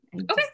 Okay